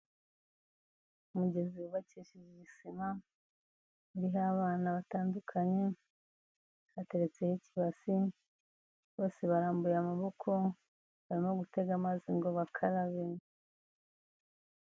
Umugezi wubakishije igisima, biriho abana batandukanye, hateretse ikibasi ,bose barambuye amaboko, barimo gutega amazi ngo bakarabe.